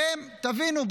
תבינו,